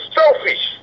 selfish